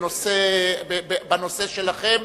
בנושא שלכם,